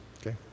okay